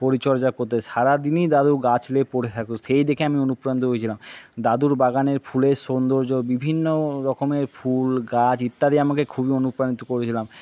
পরিচর্যা করতে সারাদিনই দাদু গাছ নিয়ে পড়ে থাকতো সেই দেখে আমি অনুপ্রাণিত হয়েছিলাম দাদুর বাগানের ফুলের সৌন্দর্য বিভিন্ন রকমের ফুল গাছ ইত্যাদি আমাকে খুবই অনুপ্রাণিত করেছিলাম